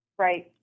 Right